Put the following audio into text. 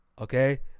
okay